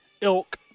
ilk